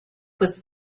was